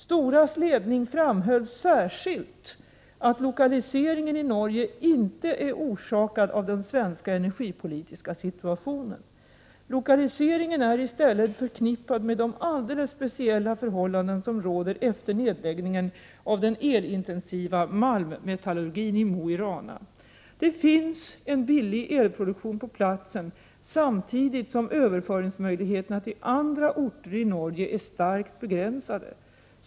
Storas ledning framhöll särskilt att lokaliseringen i Norge inte är orsakad av den svenska energipolitiska situationen. Lokaliseringen är i stället förknippad med de alldeles speciella förhållanden som råder efter nedläggningen av den elintensiva malmmetallurgin i Mo i Rana. Det finns en billig elproduktion på platsen, samtidigt som överföringsmöjligheterna till andra orter i Norge är starkt begränsade.